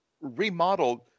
remodeled